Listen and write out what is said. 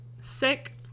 sick